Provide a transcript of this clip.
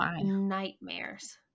nightmares